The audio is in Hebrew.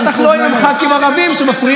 במיוחד אם הם תומכי